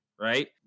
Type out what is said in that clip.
right